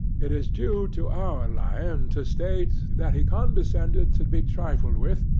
it is due to our lion to state, that he condescended to be trifled with,